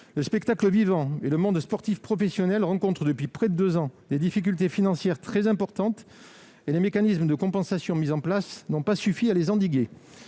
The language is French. Le spectacle vivant et le monde sportif professionnel rencontrent, depuis près de deux ans, des difficultés financières très importantes, que les mécanismes de compensation n'ont pas suffi à endiguer.